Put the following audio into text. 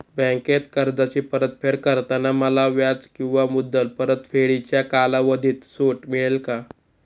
बँकेत कर्जाची परतफेड करताना मला व्याज किंवा मुद्दल परतफेडीच्या कालावधीत सूट मिळेल का?